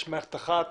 יש מערכת אחת